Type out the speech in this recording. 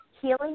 healing